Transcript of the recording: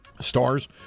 Stars